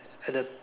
at the